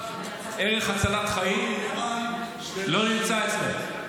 ערך הצלת החיים לא נמצא אצלם.